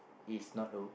is not o~